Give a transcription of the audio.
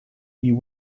you